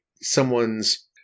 someone's